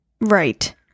right